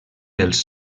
dels